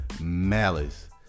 malice